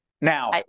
now